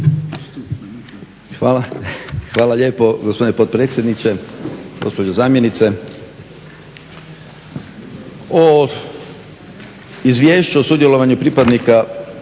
(HNS)** Hvala lijepo gospodine potpredsjedniče. Gospođo zamjenice. O izvješću o sudjelovanju pripadnika